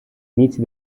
inizi